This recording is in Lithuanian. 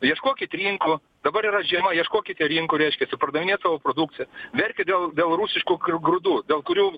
ieškokit rinkų dabar yra žiema ieškokite rinkų reiškiasi pardavinėt savo produkciją verkia dėl dėl rusiškų grū grūdų dėl kurių